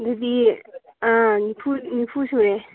ꯑꯗꯨꯗꯤ ꯅꯤꯐꯨ ꯅꯤꯐꯨ ꯁꯨꯔꯦ